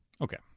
Okay